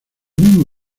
mismo